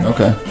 Okay